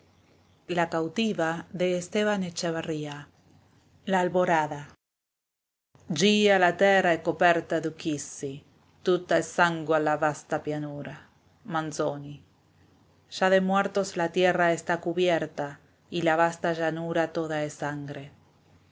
la térra é coperta d'uccisl tutta é sangue la vasta pianura manzoni ya de muertos la tierra está cubierta y la vasta llanura toda es sanare